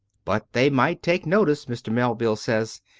but they might take notice, mr. melville says,